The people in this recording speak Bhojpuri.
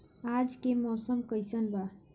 आज के मौसम कइसन बा?